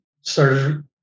started